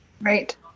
Right